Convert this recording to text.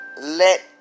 let